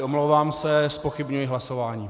Omlouvám se, zpochybňuji hlasování.